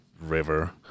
river